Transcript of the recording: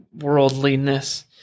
worldliness